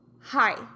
hi